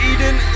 Eden